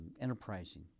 enterprising